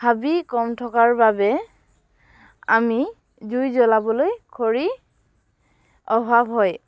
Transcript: হাবি কম থকাৰ বাবে আমি জুই জ্বলাবলৈ খৰি অভাৱ হয়